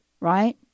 right